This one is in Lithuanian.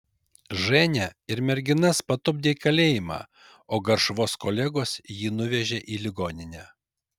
ženią ir merginas patupdė į kalėjimą o garšvos kolegos jį nuvežė į ligoninę